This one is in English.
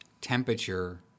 temperature